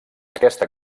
aquesta